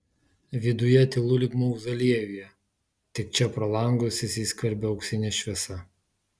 viduje tylu lyg mauzoliejuje tik čia pro langus įsiskverbia auksinė šviesa